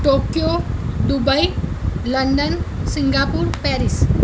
Tokyo Dubai London Singapore Paris